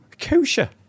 Kosher